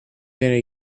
gonna